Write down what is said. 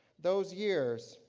those years,